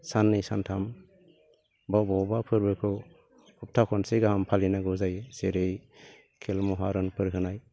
साननै सानथाम बा बबावबा फोरबोफोरखौ सफ्थाखनसे गाहाम फालिनांगौ जायो जेरै खेल महारनफोर होनाय